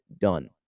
done